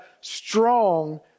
strong